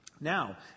Now